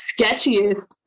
sketchiest